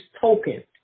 token